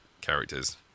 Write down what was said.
characters